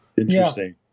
Interesting